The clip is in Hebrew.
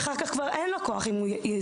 זה בכל דבר.